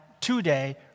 today